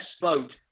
Vote